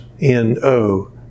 n-o